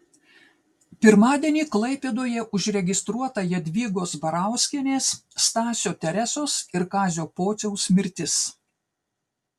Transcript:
pirmadienį klaipėdoje užregistruota jadvygos barauskienės stasio teresos ir kazio pociaus mirtis